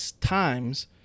times